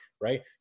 right